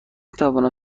توانم